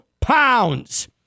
pounds